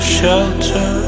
shelter